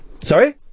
Sorry